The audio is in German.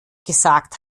gesagt